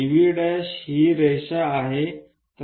DV ही रेषा आहे